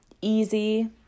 easy